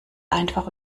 einfach